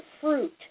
fruit